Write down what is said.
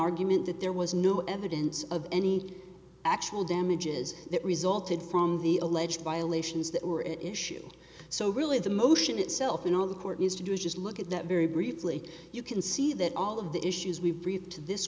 argument that there was no evidence of any actual damages that resulted from the alleged violations that were at issue so really the motion itself and all the court has to do is just look at that very briefly you can see that all of the issues we briefed t